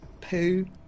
poo